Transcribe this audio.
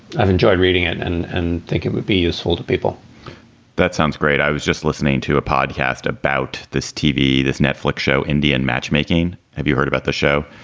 i've enjoyed reading it and and think it would be useful to people that sounds great. i was just listening to a podcast about this tv, this netflix show, indian matchmaking. have you heard about the show,